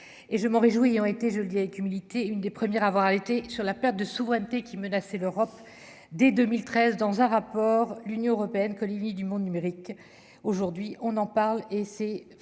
et je m'en réjouis, ont été, je le dis avec humilité, une des premières à avoir été sur la perte de souveraineté qui menaçait l'Europe dès 2013, dans un rapport, l'Union européenne que Lily du monde numérique aujourd'hui on en parle et c'est fort